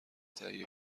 تهیه